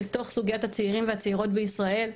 אל תוך סוגיית הצעירים והצעירות בישראל.